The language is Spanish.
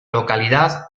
localidad